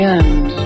end